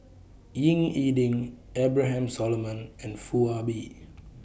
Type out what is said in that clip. Ying E Ding Abraham Solomon and Foo Ah Bee